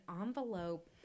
envelope